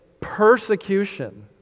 persecution